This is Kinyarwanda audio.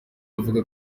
avuga